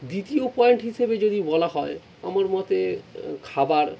দ্বিতীয় পয়েন্ট হিসেবে যদি বলা হয় আমার মতে খাবার